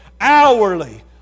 hourly